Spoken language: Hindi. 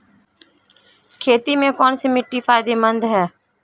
खेती में कौनसी मिट्टी फायदेमंद है?